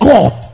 God